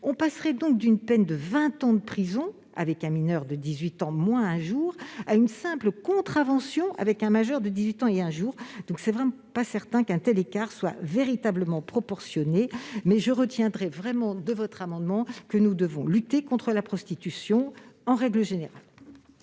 On passerait donc d'une peine de vingt ans de prison avec un mineur de 18 ans moins un jour, à une simple contravention dans le cas d'un majeur de 18 ans et un jour. Il n'est pas certain qu'un tel écart soit véritablement proportionné. Je retiendrai vraiment de votre amendement que nous devons lutter contre la prostitution en règle générale.